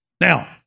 Now